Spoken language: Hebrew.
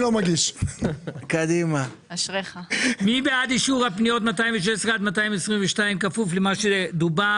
מי בעד אישור הפניות 216 עד 222 כפוף למה שדובר?